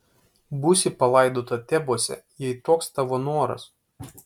būsi palaidota tebuose jei toks tavo noras